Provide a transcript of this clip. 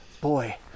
boy